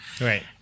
right